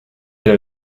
dans